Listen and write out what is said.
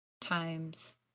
Times